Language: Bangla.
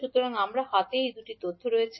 সুতরাং আমাদের হাতে এই দুটি তথ্য রয়েছে